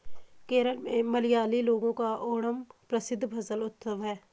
केरल में मलयाली लोगों का ओणम प्रसिद्ध फसल उत्सव है